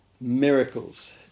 miracles